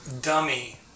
dummy